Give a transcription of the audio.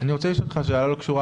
אני רוצה לשאול אותך שאלה לא קשורה,